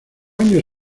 años